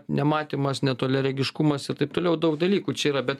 nematymas netoliaregiškumas ir taip toliau daug dalykų čia yra bet